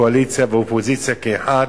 קואליציה ואופוזיציה כאחת,